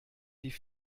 die